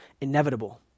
inevitable